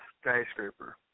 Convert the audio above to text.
skyscraper